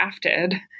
crafted